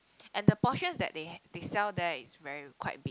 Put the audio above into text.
and the portion that they they sell there is very quite big